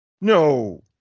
No